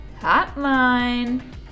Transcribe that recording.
Hotline